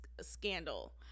scandal